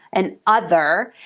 and other,